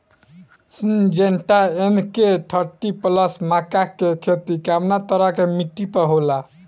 Syngenta N K thirty plus मक्का के के खेती कवना तरह के मिट्टी पर होला?